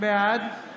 בעד